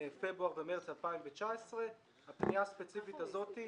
פברואר ומרץ 2019. בפנייה הספציפית הזאת,